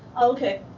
okay.